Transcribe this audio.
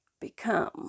become